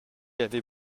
avait